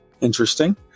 interesting